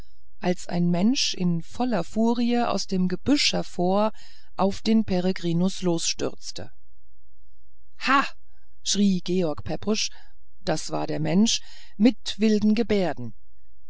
als ein mensch in voller furie aus dem gebüsch hervor und auf den peregrinus losstürzte ha schrie george pepusch das war der mensch mit wilden gebärden